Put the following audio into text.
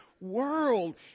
world